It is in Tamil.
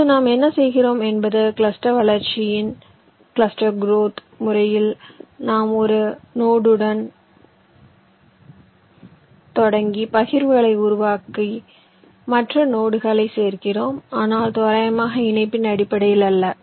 இப்போது நாம் என்ன செய்கிறோம் என்பது கிளஸ்டர் வளர்ச்சியின் முறையில் நாம் ஒரு நோடுடன் தொடங்கி பகிர்வுகளை உருவாக்க மற்ற நோடுகளைச் சேர்க்கிறோம் ஆனால் தோராயமாக இணைப்பின் அடிப்படையில் அல்ல